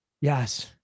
Yes